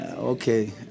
Okay